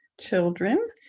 children